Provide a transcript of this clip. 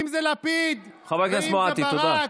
אם זה לפיד ואם זה ברק.